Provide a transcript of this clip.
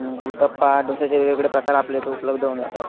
उत्तप्पा डोशाचे वेगवेगळे प्रकार आपल्या इथं उपलब्ध होऊन जातात